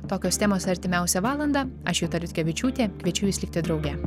tokios temos artimiausią valandą aš juta liutkevičiūtė kviečiu jus likti drauge